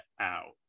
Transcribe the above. out